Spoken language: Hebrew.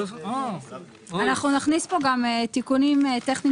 אנחנו נכניס פה גם תיקונים טכניים